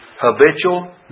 habitual